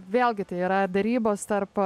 vėlgi tai yra derybos tarp